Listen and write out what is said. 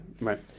Right